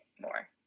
more